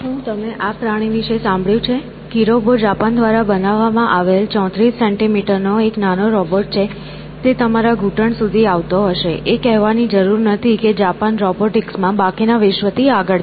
શું તમે આ પ્રાણી વિશે સાંભળ્યું છે કિરોબો જાપાન દ્વારા બનાવવામાં આવેલ 34 સેન્ટીમીટર નો એક નાનો રોબોટ છે તે તમારા ઘૂંટણ સુધી આવતો હશે એ કહેવાની જરૂર નથી કે જાપાન રોબોટિક્સ માં બાકી ના વિશ્વ થી આગળ છે